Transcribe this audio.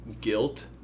guilt